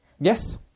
Yes